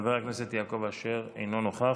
חבר הכנסת יעקב אשר אינו נוכח.